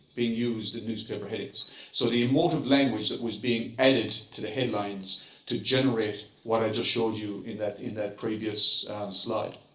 being used in newspaper headings so the emotive language that was being added to the headlines to generate what i just showed you in that in that previous slide.